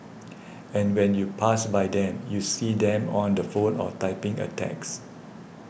and when you pass by them you see them on the phone or typing a text